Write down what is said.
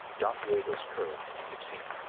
don diego's courage, it seemed,